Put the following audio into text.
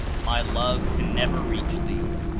my love can never reach thee.